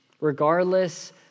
Regardless